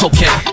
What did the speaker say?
Okay